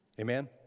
amen